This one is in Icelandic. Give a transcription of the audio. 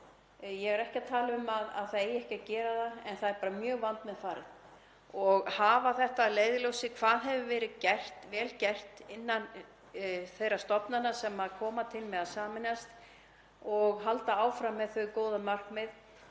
Ég er ekki að tala um að það eigi ekki að gera það en það er mjög vandmeðfarið, og hafa að leiðarljósi hvað hefur verið gert vel gert innan þeirra stofnana sem koma til með að sameinast og halda áfram með þau góðu markmið.